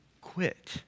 quit